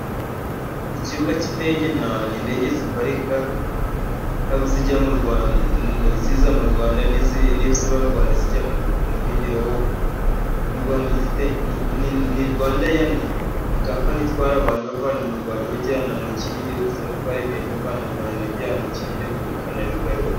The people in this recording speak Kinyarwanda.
Ikibuga cy'indege: ni indege ziparika, ziba ziza mu Rwanda, n'iziva mu Rwanda zijya mu bindi bihugu. Mu Rwanda dufite Rwandeya: ni kampani itwara abantu bavana mu Rwanda bajyana mu kindi gihugu, ikanatware ibintu ibivana mu Rwanda ibiryana mu kindi gihugu, ikanabigarura.